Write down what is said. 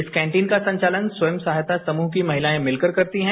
इस कॅटीन का संचालन स्वयं सहायता समूह की महिलाए मितकर करती हैं